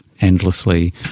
endlessly